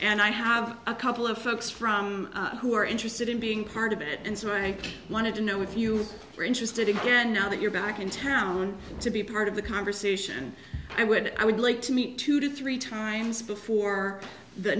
and i have a couple of folks from who are interested in being part of it and so i wanted to know if you were interested again now that you're back in town to be part of the conversation i would i would like to meet two to three times before the